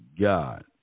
God